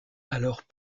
alors